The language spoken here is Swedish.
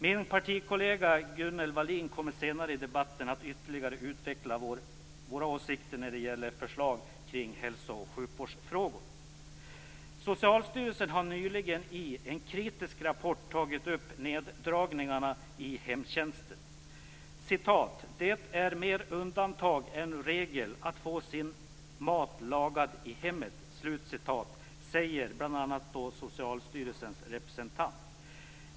Min partikollega Gunnel Wallin kommer senare i debatten att ytterligare utveckla våra åsikter och förslag i hälso och sjukvårdsfrågor. Socialstyrelsen har nyligen i en kritisk rapport tagit upp neddragningarna i hemtjänsten. "Det är mer undantag än regel att få sin mat lagad i hemmet", säger Socialstyrelsens representant.